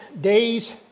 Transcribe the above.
days